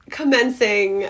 commencing